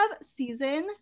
season